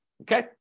okay